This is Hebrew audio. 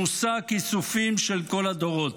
מושא הכיסופים של כל הדורות.